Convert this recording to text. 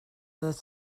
oeddet